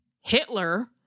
Hitler